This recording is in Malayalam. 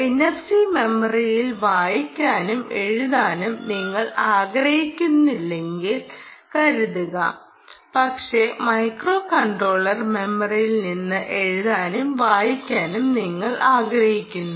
എൻഎഫ്സി മെമ്മറിയിൽ വായിക്കാനും എഴുതാനും നിങ്ങൾ ആഗ്രഹിക്കുന്നില്ലെന്ന് കരുതുക പക്ഷേ മൈക്രോകൺട്രോളർ മെമ്മറിയിൽ നിന്ന് എഴുതാനും വായിക്കാനും നിങ്ങൾ ആഗ്രഹിക്കുന്നു